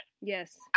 yes